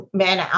men